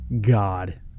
God